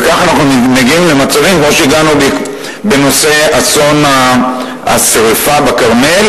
וכך אנחנו מגיעים למצבים כמו שהגענו בנושא אסון השרפה בכרמל.